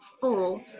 full